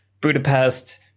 Budapest